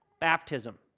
baptism